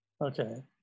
Okay